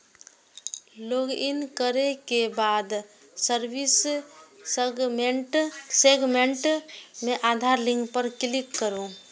login करै के बाद सर्विस सेगमेंट मे आधार लिंक पर क्लिक करू